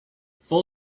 full